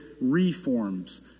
reforms